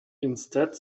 instead